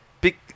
Big